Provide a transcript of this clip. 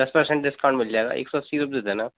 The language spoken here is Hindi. दस पर्सेंट डिस्काउंट मिल जायेगा एक सौ अस्सी रूपए दे देना